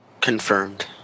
Confirmed